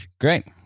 Great